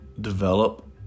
develop